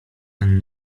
ten